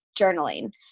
journaling